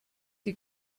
die